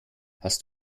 hast